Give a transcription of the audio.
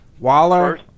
Waller